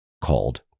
called